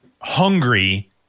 hungry